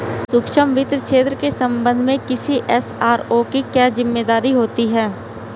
सूक्ष्म वित्त क्षेत्र के संबंध में किसी एस.आर.ओ की क्या जिम्मेदारी होती है?